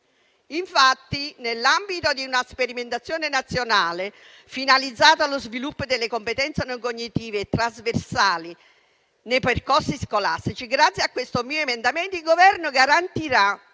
Infatti, nell'ambito di una sperimentazione nazionale, finalizzata allo sviluppo delle competenze non cognitive e trasversali nei percorsi scolastici, grazie al mio emendamento il Governo garantirà